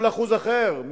כל אחוז אחר,